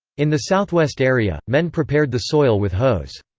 in the southwest area, men prepared the soil with hoes.